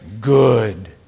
good